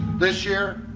this year,